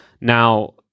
Now